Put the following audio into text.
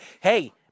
Hey